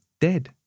dead